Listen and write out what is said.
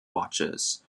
watches